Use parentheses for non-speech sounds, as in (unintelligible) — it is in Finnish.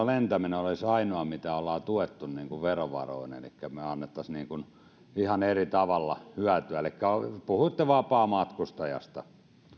(unintelligible) lentäminen olisi ainoa mitä ollaan tuettu verovaroin elikkä että me annettaisiin sille ihan eri tavalla hyötyä elikkä puhuitte vapaamatkustajasta